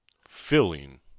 filling